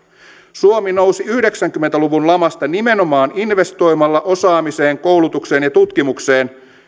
suomi nousi yhdeksänkymmentä luvun lamasta nimenomaan investoimalla osaamiseen koulutukseen ja tutkimukseen